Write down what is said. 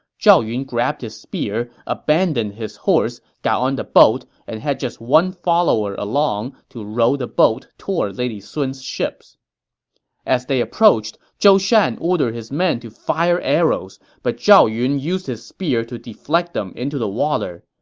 zhao yun grabbed his spear, abandoned his horse, got on the boat, and had just one follower along to row the boat toward lady sun's ships as they approached, zhou shan ordered his men to fire arrows, but zhao yun used his spear to deflect them into the water.